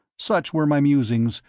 such were my musings,